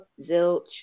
zilch